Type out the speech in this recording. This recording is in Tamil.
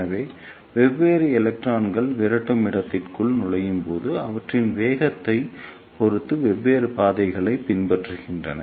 எனவே வெவ்வேறு எலக்ட்ரான்கள் விரட்டும் இடத்திற்குள் நுழையும்போது அவற்றின் வேகத்தைப் பொறுத்து வெவ்வேறு பாதைகளைப் பின்பற்றுகின்றன